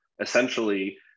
essentially